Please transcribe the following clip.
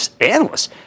analysts